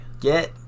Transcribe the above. Get